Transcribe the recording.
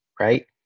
right